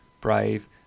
brave